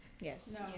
Yes